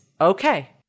okay